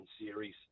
series